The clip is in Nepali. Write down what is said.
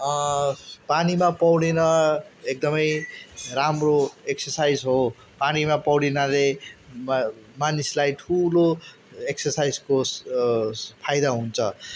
पानीमा पौडिन एकदमै राम्रो एक्सर्साइज हो पानीमा पौडिनाले मा मानिसलाई ठुलो एक्सर्साइजको फाइदा हुन्छ